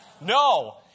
No